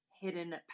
Hidden